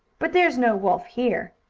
but there's no wolf here,